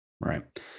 Right